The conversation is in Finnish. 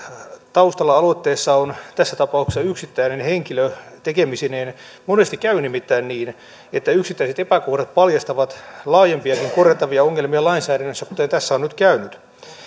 taustalla aloitteessa on tässä tapauksessa yksittäinen henkilö tekemisineen monesti käy nimittäin niin että yksittäiset epäkohdat paljastavat laajempiakin korjattavia ongelmia lainsäädännössä kuten tässä on nyt käynyt